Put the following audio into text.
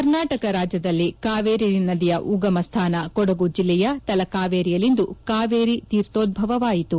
ಕರ್ನಾಟಕ ರಾಜ್ಯದಲ್ಲಿ ಕಾವೇರಿ ನದಿಯ ಉಗಮ ಸ್ಮಾನ ಕೊಡಗು ಜಿಲ್ಲೆಯ ತಲಕಾವೇರಿಯಲ್ಲಿಂದು ಕಾವೇರಿ ತೀರ್ಥೋಧ್ವವಾಯಿತು